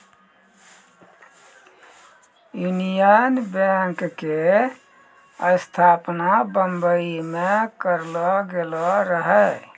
union Bank के स्थापना बंबई मे करलो गेलो रहै